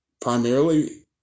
Primarily